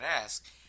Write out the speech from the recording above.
ask